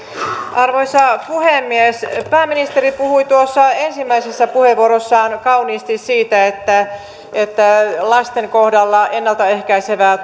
arvoisa puhemies pääministeri puhui tuossa ensimmäisessä puheenvuorossaan kauniisti siitä että että lasten kohdalla ennalta ehkäisevää